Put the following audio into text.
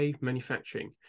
manufacturing